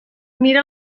mira